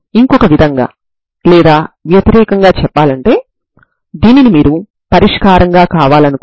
కాబట్టి ఈ విధంగా మీరు దీనిని పొందుతారు